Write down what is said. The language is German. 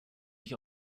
sich